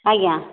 ଆଜ୍ଞା